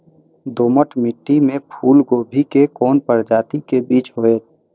दोमट मिट्टी में फूल गोभी के कोन प्रजाति के बीज होयत?